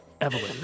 Evelyn